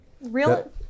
real